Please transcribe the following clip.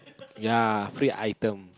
ya free item